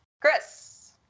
Chris